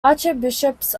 archbishops